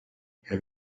have